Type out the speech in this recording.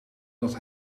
dat